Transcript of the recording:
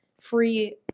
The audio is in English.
free